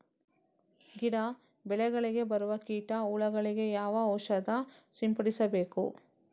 ಗಿಡ, ಬೆಳೆಗಳಿಗೆ ಬರುವ ಕೀಟ, ಹುಳಗಳಿಗೆ ಯಾವ ಔಷಧ ಸಿಂಪಡಿಸಬೇಕು?